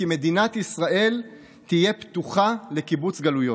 מדינת ישראל תהיה פתוחה לקיבוץ גלויות.